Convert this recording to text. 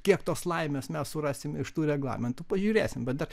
kiek tos laimės mes surasim iš tų reglamentų pažiūrėsim bet dar